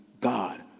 God